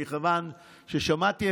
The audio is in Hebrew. שמעתי,